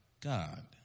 God